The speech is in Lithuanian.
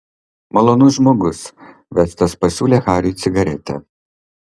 malonus žmogus vestas pasiūlė hariui cigaretę